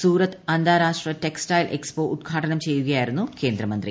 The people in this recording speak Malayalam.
സൂറത്ത് അന്താരാഷ്ട്ര ടെക്സ്റ്റൈൽ എക്സ്പോ ഉദ്ഘാടനം ചെയ്യുകയായിരുന്നു കേന്ദ്രമന്ത്രി